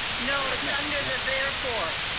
no, it's under the therefore.